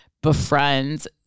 Befriends